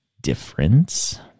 difference